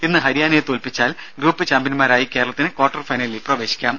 ഇന്ന് ഹരിയാനയെ തോൽപ്പിച്ചാൽ ഗ്രൂപ്പ് ചാംപ്യൻമാരായി കേരളത്തിന് ക്വാർട്ടർ ഫൈനലിൽ പ്രവേശിക്കാം